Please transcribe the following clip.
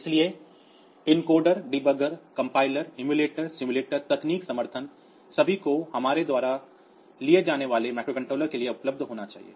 इसलिए इन coder debugger compiler emulator simulator तकनीकी समर्थन सभी को हमारे द्वारा लिए जाने वाले माइक्रोकंट्रोलर के लिए उपलब्ध होना चाहिए